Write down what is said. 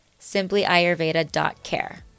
simplyayurveda.care